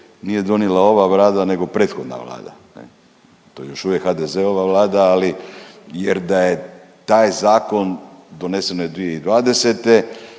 nije donijela ova Vlada nego prethodna Vlada ne, to je još uvijek HDZ-ova Vlada, ali jer da je taj zakon, doneseno je 2020.